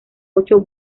ocho